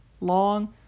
long